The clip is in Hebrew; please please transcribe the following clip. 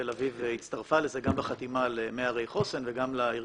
תל אביב הצטרפה לזה גם בחתימה על "100 ערי חוסן" וגם לארגון,